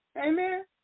Amen